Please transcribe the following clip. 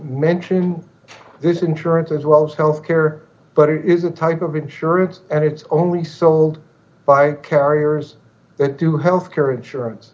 mention his insurance as well as health care but it is a type of insurance and it's only sold by carriers that do health care insurance